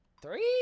Three